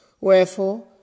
Wherefore